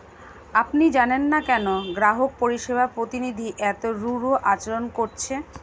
আপনি জানেন না কেন গ্রাহক পরিষেবা প্রতিনিধি এত রূঢ় আচরণ করছে